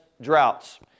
droughts